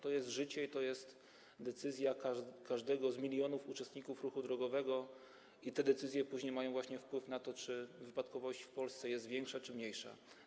To jest życie, to jest decyzja każdego z milionów uczestników ruchu drogowego i właśnie te decyzje później mają wpływ na to, czy wypadkowość w Polsce jest większa, czy mniejsza.